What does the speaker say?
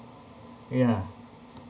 ya